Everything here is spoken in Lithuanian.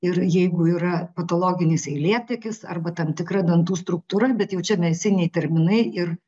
ir jeigu yra patologinis seilėtekis arba tam tikra dantų struktūra bet jau čia medicininiai terminai ir